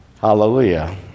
Hallelujah